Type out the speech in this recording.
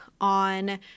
on